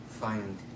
find